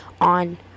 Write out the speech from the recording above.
on